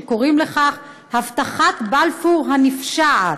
שקוראים לכך הבטחת בלפור הנפשעת: